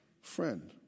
friend